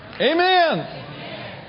Amen